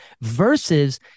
versus